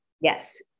Yes